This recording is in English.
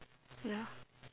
ya